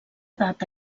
data